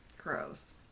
gross